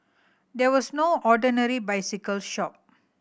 there was no ordinary bicycle shop